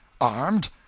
Armed